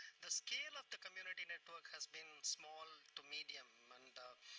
the scale of the community network has been small to medium. and